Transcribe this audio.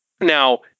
Now